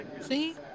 See